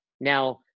Now